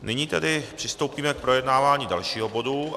Nyní tedy přistoupíme k projednávání dalšího bodu.